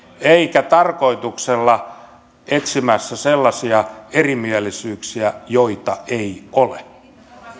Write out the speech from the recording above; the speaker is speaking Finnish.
oppositio tarkoituksella etsii sellaisia erimielisyyksiä joita ei ole